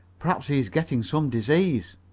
perhaps he is getting some disease.